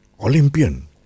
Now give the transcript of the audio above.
Olympian